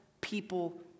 people